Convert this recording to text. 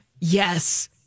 Yes